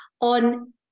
on